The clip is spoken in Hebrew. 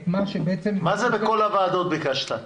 מה שבעצם --- מה זה בכל הוועדות ביקשת?